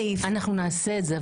אנחנו נעשה את זה,